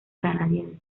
canadiense